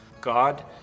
God